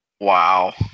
Wow